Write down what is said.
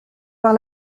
par